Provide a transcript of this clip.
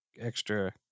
extra